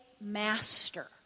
master